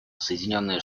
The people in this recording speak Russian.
соединенные